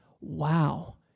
wow